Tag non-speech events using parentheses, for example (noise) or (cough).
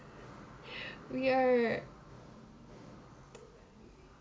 (breath) we are